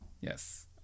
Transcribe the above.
yes